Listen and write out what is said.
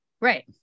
right